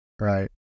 right